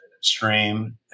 stream